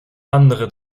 andere